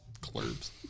clubs